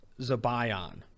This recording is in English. Zabayan